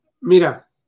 mira